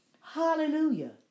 Hallelujah